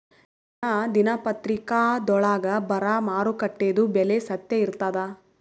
ದಿನಾ ದಿನಪತ್ರಿಕಾದೊಳಾಗ ಬರಾ ಮಾರುಕಟ್ಟೆದು ಬೆಲೆ ಸತ್ಯ ಇರ್ತಾದಾ?